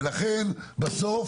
ולכן בסוף